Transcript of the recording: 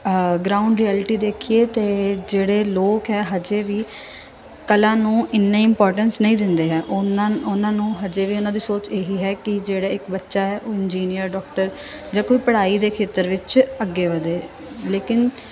ਆਹ ground reality ਦੇਖੀਏ ਅਤੇ ਜਿਹੜੇ ਲੋਕ ਹੈ ਹਜੇ ਵੀ ਕਲਾ ਨੂੰ ਇੰਨਾਂ ਹੀ ਇਮਪੋਰਟੈਂਸ ਨਹੀਂ ਦਿੰਦੇ ਆ ਉਹਨਾਂ ਉਹਨਾਂ ਨੂੰ ਹਜੇ ਵੀ ਉਹਨਾਂ ਦੀ ਸੋਚ ਇਹੀ ਹੈ ਕਿ ਜਿਹੜਾ ਇੱਕ ਬੱਚਾ ਹੈ ਉਹ ਇੰਜੀਨੀਅਰ ਡੋਕਟਰ ਜਾਂ ਕੋਈ ਪੜ੍ਹਾਈ ਦੇ ਖੇਤਰ ਵਿੱਚ ਅੱਗੇ ਵਧੇ ਲੇਕਿਨ